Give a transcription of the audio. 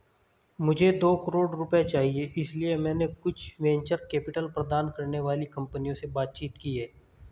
मुझे दो करोड़ रुपए चाहिए इसलिए मैंने कुछ वेंचर कैपिटल प्रदान करने वाली कंपनियों से बातचीत की है